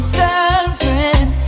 girlfriend